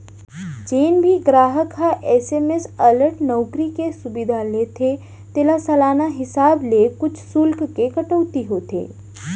जेन भी गराहक ह एस.एम.एस अलर्ट नउकरी के सुबिधा लेथे तेला सालाना हिसाब ले कुछ सुल्क के कटौती होथे